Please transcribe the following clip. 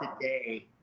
today